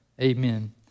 amen